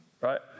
right